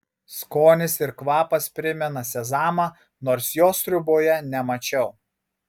skonis ir kvapas primena sezamą nors jo sriuboje nemačiau